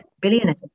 billionaire